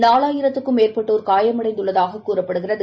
நாலாயிரத்திற்கும் மேற்பட்டோர் காயமடைந்துள்ளதாககூறப்படுகிறது